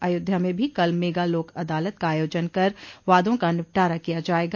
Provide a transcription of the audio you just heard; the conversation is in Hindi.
अयोध्या में भी कल मेगा लोक अदालत का आयोजन कर वादों का निपटारा किया जायेगा